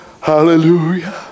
Hallelujah